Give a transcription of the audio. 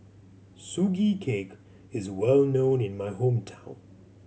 Sugee Cake is well known in my hometown